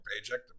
paycheck